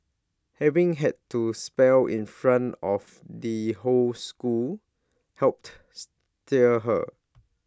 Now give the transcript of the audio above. having had to spell in front of the whole school helped steel her